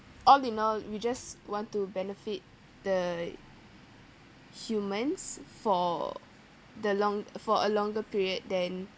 all in all we just want to benefit the humans for the long for a longer period than